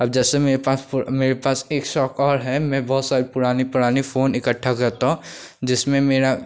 अब जैसे मेरे पास मेरे पास एक शौक़ और है मैं बहुत साल पुराने पुराने फ़ोन इकट्ठा करता हूँ जिसमें मेरा